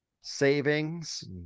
savings